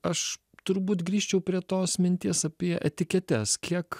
aš turbūt grįžčiau prie tos minties apie etiketes kiek